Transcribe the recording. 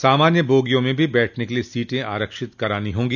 सामान्य बोगिया में भी बैठने के लिए सीटें आरक्षित करानी होंगी